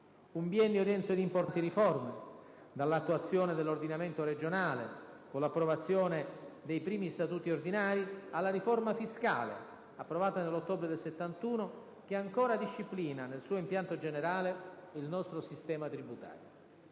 un biennio denso di importanti riforme, dall'attuazione dell'ordinamento regionale, con l'approvazione dei primi statuti ordinari, alla riforma fiscale, approvata nell'ottobre del 1971, che ancora disciplina, nel suo impianto generale, il nostro sistema tributario.